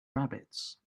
rabbits